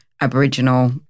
Aboriginal